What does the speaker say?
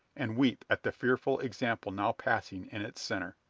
and weep at the fearful example now passing in its centre.